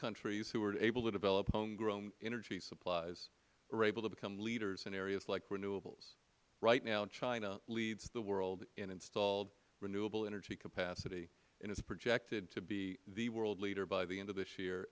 countries who are able to develop homegrown energy supplies are able to become leaders in areas like renewables right now china leads the world in installed renewable energy capacity and is projected to be the world leader by the end of this year